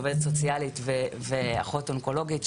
עובדת סוציאלית ואחות אונקולוגית,